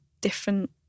different